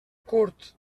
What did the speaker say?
curt